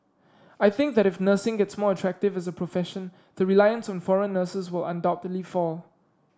I think that if nursing gets more attractive with a profession the reliance on foreign nurses will undoubtedly fall